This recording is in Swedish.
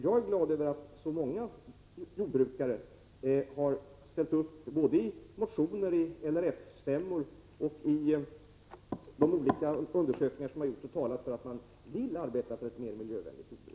Jag är glad över att så många jordbrukare har ställt upp, både genom motioner vid LRF-stämmor och vid de olika undersökningar som har gjorts, och förklarat att man vill arbeta för ett mera miljövänligt jordbruk.